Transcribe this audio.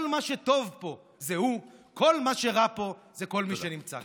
כל מה שטוב פה זה הוא, כל מה שרע זה כל מי שנמצא.